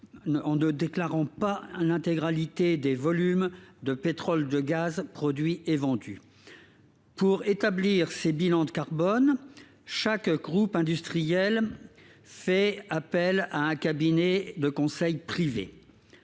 elle ne déclarait pas l’intégralité des volumes de pétrole et de gaz produits et vendus. Pour établir son bilan carbone, chaque groupe industriel fait appel à un cabinet de conseil privé.